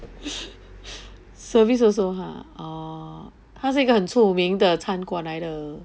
service also !huh! orh 它是一个很著名的餐馆来的